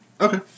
Okay